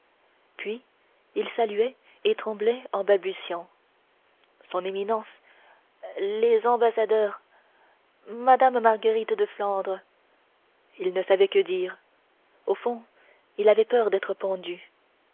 puis il saluait et tremblait en balbutiant son éminence les ambassadeurs madame marguerite de flandre il ne savait que dire au fond il avait peur d'être pendu